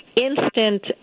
instant